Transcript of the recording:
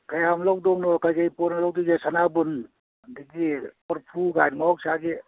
ꯀꯌꯥꯝ ꯂꯧꯗꯧꯅꯣ ꯀꯩ ꯀꯩ ꯄꯣꯠꯅꯣ ꯂꯧꯗꯣꯏꯁꯦ ꯁꯅꯥꯕꯨꯟ ꯑꯗꯒꯤ ꯀꯣꯔꯐꯨꯒꯥꯏꯅ ꯃꯍꯧꯁꯥꯒꯤ